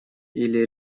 или